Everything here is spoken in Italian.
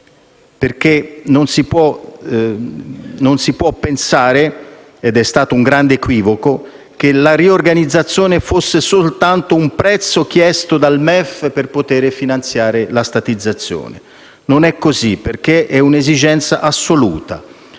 perché non si può pensare - ed è stato un grande equivoco - che la riorganizzazione fosse soltanto un prezzo chiesto dal MEF per poter finanziare la statizzazione. Non è così, perché è un'esigenza assoluta.